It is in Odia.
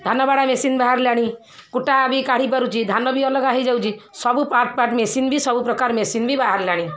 ଧାନବାଡ଼ା ମେସିନ୍ ବାହାରିଲାଣି କୁଟା ବି କାଢ଼ି ପାରୁଛି ଧାନ ବି ଅଲଗା ହେଇଯାଉଛି ସବୁ ପାର୍ଟ ପାର୍ଟ ମେସିନ୍ ବି ସବୁପ୍ରକାର ମେସିନ୍ ବି ବାହାରିଲାଣି